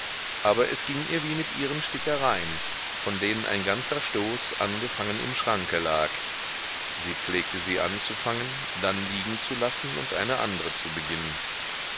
aber es ging ihr wie mit ihren stickereien von denen ein ganzer stoß angefangen im schranke lag sie pflegte sie anzufangen dann liegen zu lassen und eine andre zu beginnen